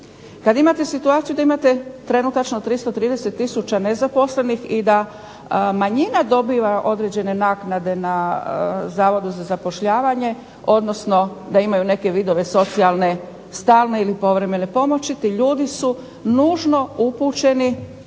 kad imate situaciju da imate trenutačno 330 tisuća nezaposlenih i da manjina dobiva određene naknade na Zavodu za zapošljavanje, odnosno da imaju neke vidove socijalne, stalne ili povremene pomoći, ti ljudi su nužno upućeni